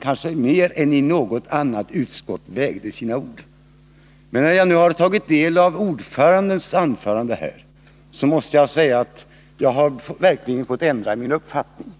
kanske mer än i något annat utskott här i riksdagen valde sina ord. Men när jag nu tagit del av ordförandens inlägg här måste jag säga, att jag verkligen har fått ändra min uppfattning.